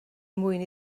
mwyn